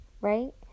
right